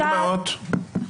דוגמאות.